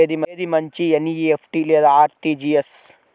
ఏది మంచి ఎన్.ఈ.ఎఫ్.టీ లేదా అర్.టీ.జీ.ఎస్?